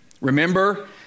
Remember